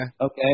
Okay